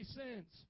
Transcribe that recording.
sins